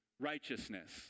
righteousness